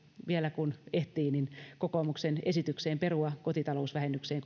vielä kun ehtii kokoomuksen esitykseen perua kotitalousvähennykseen